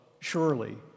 surely